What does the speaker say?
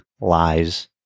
lies